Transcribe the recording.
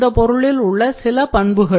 இந்த பொருளின் ஒரு சில பண்புகள்